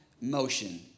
motion